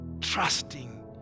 trusting